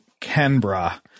Canberra